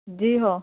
جی ہاں